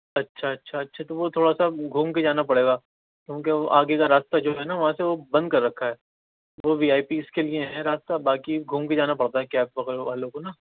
اچھا اچھا اچھا تو وہ تھوڑا سا گھوم کے جانا پڑے گا کیونکہ آگے کا راستہ جو ہے نا وہاں سے وہ بند کر رکھا ہے وہ وی آئی پیز کے لیے ہے راستہ باقی گھوم کے جانا پڑتا ہے کیب وغیرہ والوں کو نا